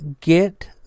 get